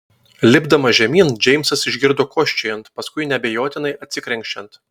lipdamas žemyn džeimsas išgirdo kosčiojant paskui neabejotinai atsikrenkščiant